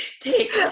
Take